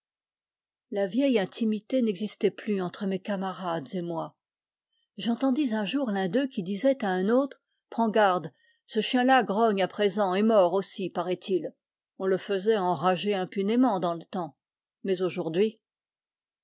la vieille intimité n'existait plus entre mes camarades et moi j'entendis un jour l'un d'eux qui disait à un autre prends garde i ce chien là grogne à présent et mord aussi paraît-il on le faisait enrager impunément dans le temps mais aujourd'hui